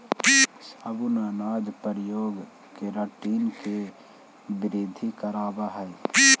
साबुत अनाज के प्रयोग केराटिन के वृद्धि करवावऽ हई